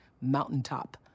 mountaintop